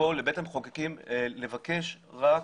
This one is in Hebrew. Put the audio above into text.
לפה לבית המחוקקים לבקש רק